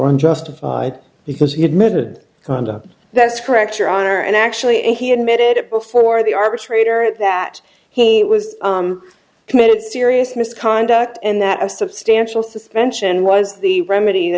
unjustified because he admitted condom that's correct your honor and actually he admitted it before the arbitrator that he was committed serious misconduct and that a substantial suspension was the remedy